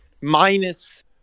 minus